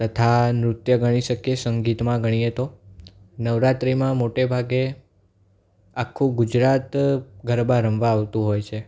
તથા નૃત્ય ગણી શકીએ સંગીતમાં ગણીએ તો નવરાત્રીમાં મોટેભાગે આખું ગુજરાત ગરબા રમવા આવતું હોય છે